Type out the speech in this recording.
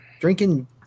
drinking